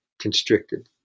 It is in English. constricted